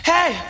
Hey